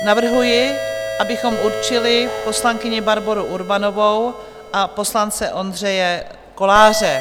Navrhuji, abychom určili poslankyni Barboru Urbanovou a poslance Ondřeje Koláře.